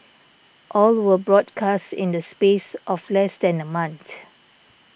all were broadcast in the space of less than a month